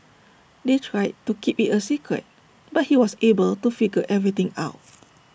they tried to keep IT A secret but he was able to figure everything out